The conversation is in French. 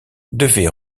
devrait